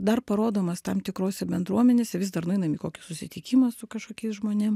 dar parodomas tam tikrose bendruomenėse vis dar nueinam į kokį susitikimą su kažkokiais žmonėm